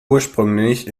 ursprünglich